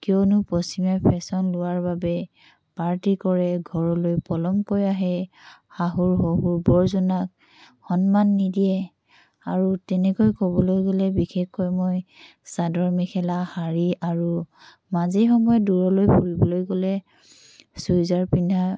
কিয়নো পশ্চিমীয়া ফেশ্বন লোৱাৰ বাবে পাৰ্টী কৰে ঘৰলৈ পলমকৈ আহে শাহু শহুৰ বৰজনাক সন্মান নিদিয়ে আৰু তেনেকৈ ক'বলৈ গ'লে বিশেষকৈ মই চাদৰ মেখেলা শাড়ী আৰু মাজে সময়ে দূৰলৈ ফুৰিবলৈ গ'লে চুৰিদাৰ পিন্ধা